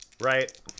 Right